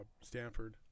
Stanford